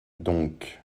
donc